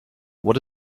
what